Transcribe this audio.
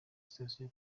station